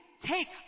take